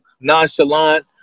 nonchalant